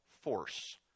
force